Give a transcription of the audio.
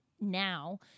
now